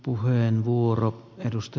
arvoisa puhemies